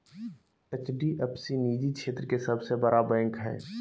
HDF सी निजी क्षेत्र के सबसे बड़ा बैंक हय